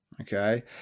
Okay